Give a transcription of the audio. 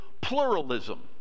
pluralism